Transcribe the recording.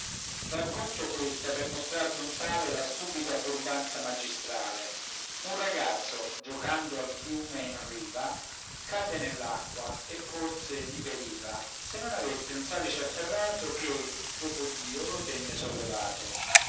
racconto questa per mostrar d'un tale la stupida burbanza magistrale un ragazzo giocando al fiume in riva cadde nell'acqua e forse vi periva se non avesse un salice afferrato che dopo dio lo tenne sollevato